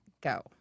go